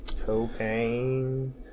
Cocaine